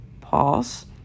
pause